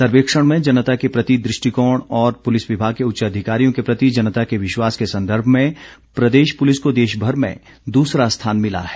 सर्वेक्षण में जनता के प्रति दृष्टिकोण और पुलिस विभाग के उच्च अधिकारियों के प्रति जनता के विश्वास के संदर्भ में प्रदेश पुलिस को देशभर में दूसरा स्थान मिला है